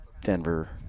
denver